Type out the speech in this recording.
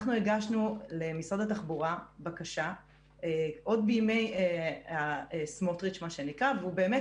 אנחנו הגשנו למשרד התחבורה בקשה עוד בימי סמוטריץ' והוא באמת